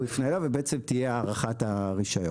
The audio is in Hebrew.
הוא יפנה אליו ובעצם תהיה הארכת הרישיון.